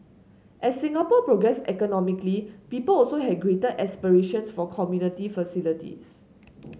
as Singapore progressed economically people also had greater aspirations for community facilities